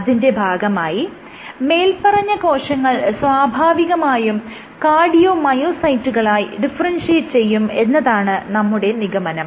അതിന്റെ ഭാഗമായി മേല്പറഞ്ഞ കോശങ്ങൾ സ്വാഭാവികമായും കാർഡിയോമയോസൈറ്റുകളായി ഡിഫറെൻഷിയേറ്റ് ചെയ്യും എന്നതാണ് നമ്മുടെ നിഗമനം